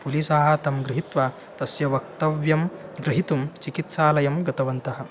पुलिसाः तं गृहीत्वा तस्य वक्तव्यं ग्रहीतुं चिकित्सालयं गतवन्तः